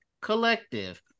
collective